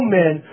men